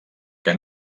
que